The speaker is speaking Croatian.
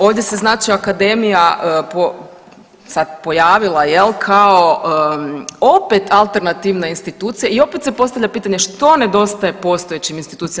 Ovdje se znači akademija sad pojavila jel kao opet alternativna institucija i opet se postavlja pitanje što nedostaje postojećim institucijama.